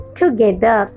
together